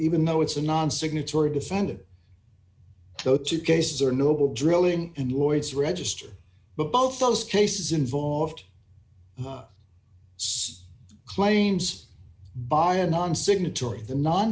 even though it's a non signatory defended though two cases are noble drilling and lloyd's register but both those cases involved claims by a non signatory the non